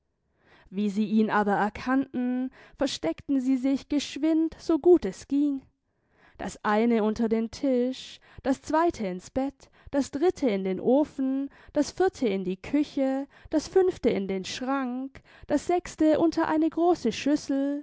wie sie ihn aber erkannten versteckten sie sich geschwind so gut es ging das eine unter den tisch das zweite ins bett das dritte in den ofen das vierte in die küche das fünfte in den schrank das sechste unter eine große schüssel